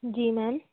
जी ma'am